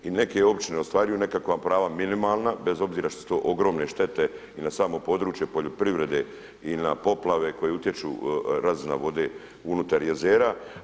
I neke općine ostvaruju nekakva prava minimalna bez obzira što su to ogromne štete i na samo područje poljoprivrede ili na poplave koje utječu, razina vode unutar jezera.